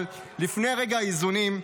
אבל לפני רגע האיזונים,